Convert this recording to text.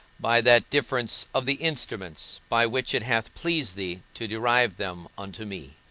by that difference of the instruments by which it hath pleased thee to derive them unto me.